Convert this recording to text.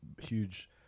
huge